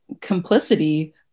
complicity